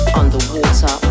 underwater